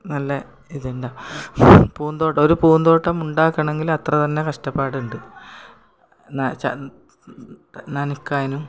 നല്ല ഇതുണ്ടാവും പൂന്തോട്ടം ഒരു പൂന്തോട്ടമുണ്ടാക്കണമെങ്കിൽ അത്ര തന്നെ കഷ്ടപ്പാടുണ്ടു നനക്കാനും